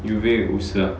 juve 五十 ah